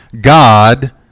God